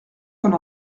qu’on